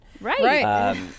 Right